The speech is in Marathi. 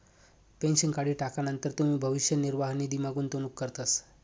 पेन्शन काढी टाकानंतर तुमी भविष्य निर्वाह निधीमा गुंतवणूक करतस